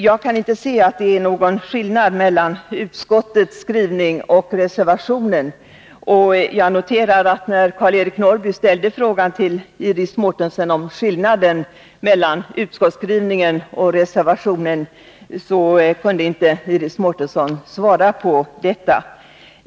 Jag kan inte se att det är någon skillnad mellan utskottets skrivning och reservationen, och jag noterar att när Karl-Eric Norrby ställde frågan till Iris Mårtensson om skillnaden mellan utskottsskrivningen och reservationen, kunde Iris Mårtensson inte svara på detta.